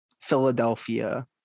Philadelphia